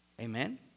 Amen